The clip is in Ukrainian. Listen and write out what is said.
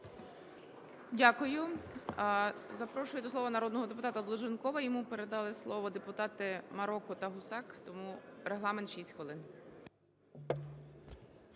Дякую. Запрошую до слова народного депутата Долженкова. Йому передали слово депутати Мороко та Гусак, тому регламент – 6 хвилин.